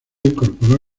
incorporó